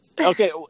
okay